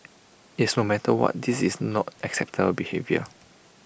yes no matter what this is not acceptable behaviour